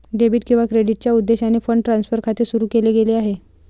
debit किंवा क्रेडिटच्या उद्देशाने फंड ट्रान्सफर खाते सुरू केले गेले आहे